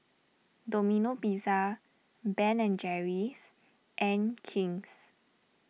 Domino Pizza Ben and Jerry's and King's